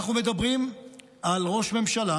אנחנו מדברים על ראש ממשלה